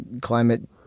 climate